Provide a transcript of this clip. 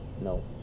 no